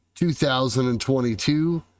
2022